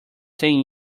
ten